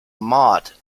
motte